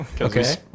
okay